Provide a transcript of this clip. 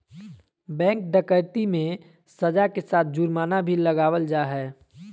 bank डकैती मे सज़ा के साथ जुर्माना भी लगावल जा हय